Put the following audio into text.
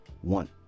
one